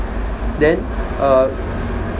then err